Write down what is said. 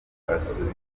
asubiza